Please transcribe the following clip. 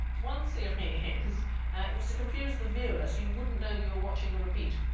one theory is it was to confuse the viewer so you wouldn't know you're watching a repeat